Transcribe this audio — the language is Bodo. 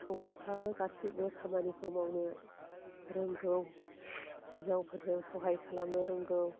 हौवाफ्राबो गासिबो खामानिखौ मावनो रोंगौ हिन्जावफोरजों सहाय खालामनो रोंगौ